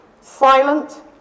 silent